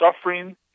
suffering